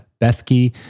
Bethke